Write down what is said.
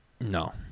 No